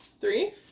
Three